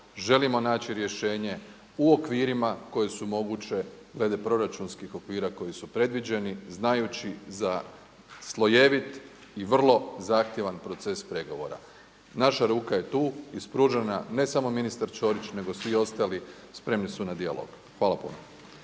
želimo naći rješenje u okvirima koje su moguće glede proračunskih okvira koji su predviđeni znajući za slojevit i vrlo zahtjevan proces pregovora. Naša ruka je tu ispružena, ne samo ministar Ćorić nego svi ostali spremni su na dijalog. Hvala puno.